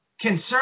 concern